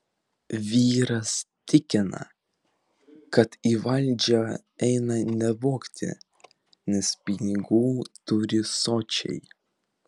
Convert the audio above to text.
vyras tikina kad į valdžią eina ne vogti nes pinigų turi sočiai